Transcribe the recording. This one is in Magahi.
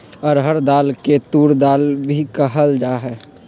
अरहर दाल के तूर दाल भी कहल जाहई